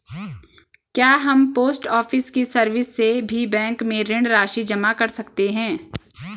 क्या हम post office की सर्विस से भी बैंक में ऋण राशि जमा कर सकते हैं?